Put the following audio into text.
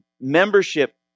membership